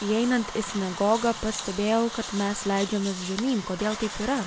įeinant į sinagogą pastebėjau kad mes leidžiamės žemyn kodėl taip yra